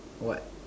what